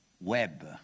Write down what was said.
web